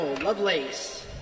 Lovelace